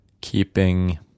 keeping